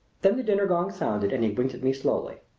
then the dinner gong sounded and he winked at me slowly.